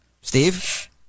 Steve